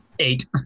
eight